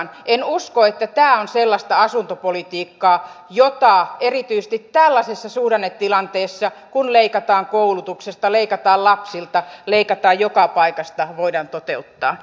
en usko että tämä on sellaista asuntopolitiikkaa jota erityisesti tällaisessa suhdannetilanteessa kun leikataan koulutuksesta leikataan lapsilta leikataan joka paikasta voidaan toteuttaa